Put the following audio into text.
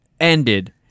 ended